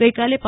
ગઈકાલે પ